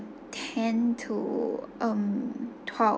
ten to um twelve